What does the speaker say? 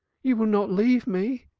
you will not leave me?